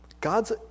God's